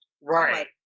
Right